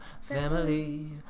Family